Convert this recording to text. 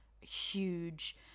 huge